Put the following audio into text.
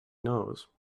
nose